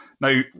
now